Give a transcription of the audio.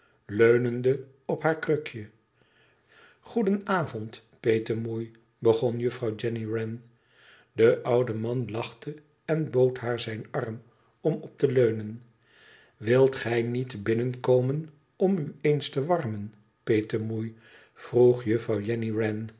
leunende op haar krukje goedenavond petemoei begon juffrouw jenny wren de oude man lachte en bood haar zijn arm om op te leunen wilt gij niet binnenkomen om u eens te warmen petemoei vroege juffrouw jenny